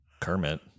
Kermit